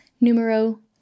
numero